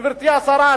גברתי השרה,